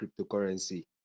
cryptocurrency